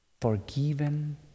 forgiven